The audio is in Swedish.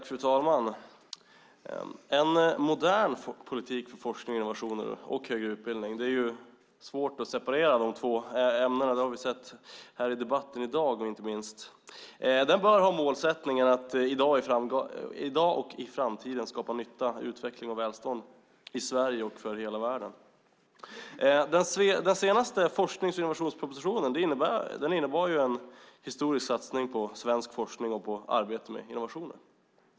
Fru talman! En modern politik för forskning och innovationer och högre utbildning - det är svårt att separera dessa områden; det har vi inte minst sett här i debatten i dag - bör ha målsättningen att i dag och i framtiden skapa nytta, utveckling och välstånd i Sverige och för hela världen. Den senaste forsknings och innovationspropositionen innebar en historisk satsning på svensk forskning och på arbete med innovationer.